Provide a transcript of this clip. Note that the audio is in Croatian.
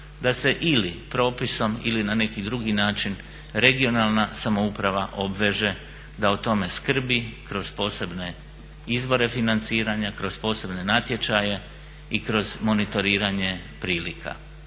da se ili propisom ili na neki drugi način regionalna samouprava obveže da o tome skrbi kroz posebne izvore financiranja, kroz posebne natječaje i kroz monitoriranje prilika.